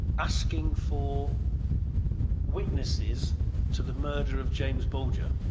asking for witnesses to the murder of james bulger.